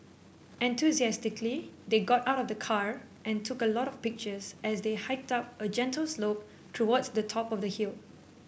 enthusiastically they got out of the car and took a lot of pictures as they hiked up a gentle slope towards the top of the hill